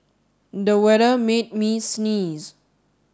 the weather made me sneeze